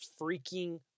freaking